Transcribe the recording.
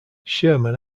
sherman